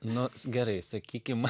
nu gerai sakykim